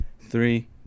Three